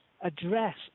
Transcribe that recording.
address